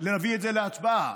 להביא את זה להצבעה,